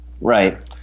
Right